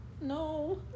No